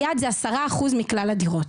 היעד שלהן הוא לכ-10% מכלל הדירות,